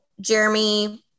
Jeremy